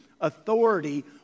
authority